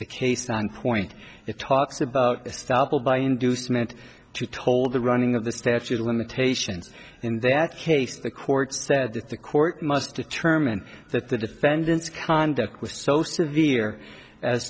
the case and point it talks about establish by inducement to told the running of the statute of limitations in that case the court said that the court must determine that the defendant's conduct was so severe as